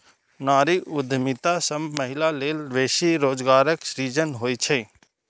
नारी उद्यमिता सं महिला लेल बेसी रोजगारक सृजन होइ छै